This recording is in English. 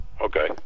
Okay